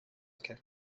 کرد